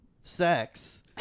sex